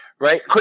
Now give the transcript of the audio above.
Right